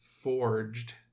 forged